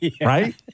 right